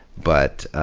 but,